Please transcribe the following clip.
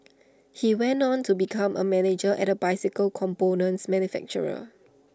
he went on to become A manager at A bicycle components manufacturer